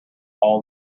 all